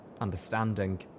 understanding